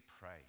pray